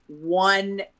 one